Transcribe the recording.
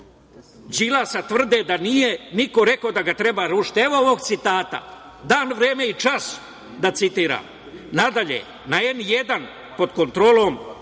Đilasa tvrde da nije niko rekao da ga treba rušiti. Evo ovog citata, dan, vreme i čas da citiram. Nadalje, na N1, pod kontrolom